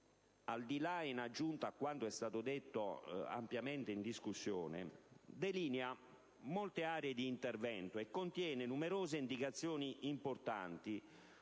europeo, in aggiunta a quanto detto ampiamente in discussione, delinea molte aree di intervento e contiene numerose indicazioni importanti,